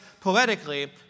poetically